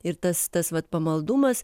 ir tas tas vat pamaldumas